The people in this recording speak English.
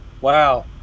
Wow